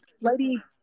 Lady